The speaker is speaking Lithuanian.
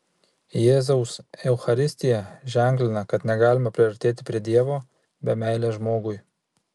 jėzaus eucharistija ženklina kad negalima priartėti prie dievo be meilės žmogui